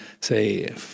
say